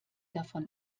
davon